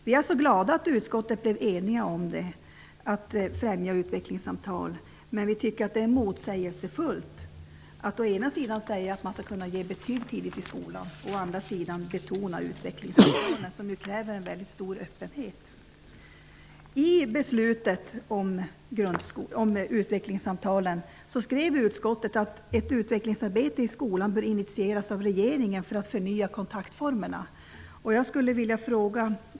Vi är glada över att utskottet blev enigt om att försöka främja utvecklingssamtalen. Men vi tycker att det är motsägelsefullt att å ena sidan säga att man skall kunna ge betyg tidigt i skolan och å andra sidan betona utvecklingssamtalen, som ju kräver en väldigt stor öppenhet. I beslutet om utvecklingssamtalen skrev utskottet att ett utvecklingsarbete i skolan bör initieras av regeringen för att förnya kontaktformerna.